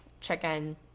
chicken